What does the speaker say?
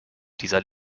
dieser